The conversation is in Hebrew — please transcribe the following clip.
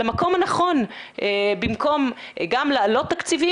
למקום הנכון במקום גם להעלות תקציבים